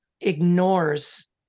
ignores